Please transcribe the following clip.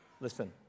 Listen